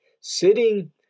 sitting